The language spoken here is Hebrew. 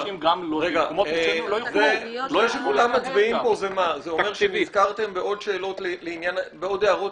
זה שכולם מצביעים פה זה אומר שנזכרתם לעוד הערות